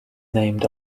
named